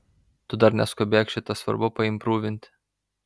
tu dar neskubėk šitą svarbu paimprūvinti